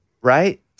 Right